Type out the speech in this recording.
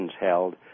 held